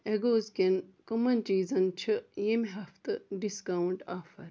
ایٚگوز کیٚن کٕمَن چیٖزن چھُ ییٚمہِ ہفتہٕ ڈسکاونٛٹ آفر